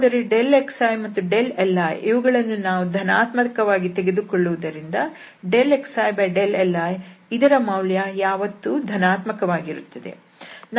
ಆದರೆ xi ಹಾಗೂ li ಇವುಗಳನ್ನು ನಾವು ಧನಾತ್ಮಕವೆಂದು ತೆಗೆದುಕೊಳ್ಳುವುದರಿಂದ xili ಇದರ ಮೌಲ್ಯ ಯಾವತ್ತೂ ಧನಾತ್ಮಕ ವಾಗಿರುತ್ತದೆ